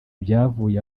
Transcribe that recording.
byavuye